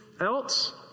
else